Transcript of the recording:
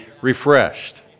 refreshed